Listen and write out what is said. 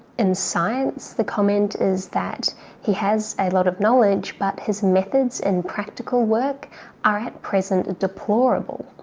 in science the comment is that he has a lot of knowledge but his methods and practical work are at present deplorable.